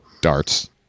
Darts